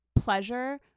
pleasure